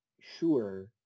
sure